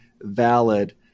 valid